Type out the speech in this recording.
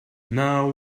now